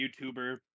youtuber